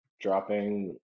dropping